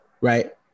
right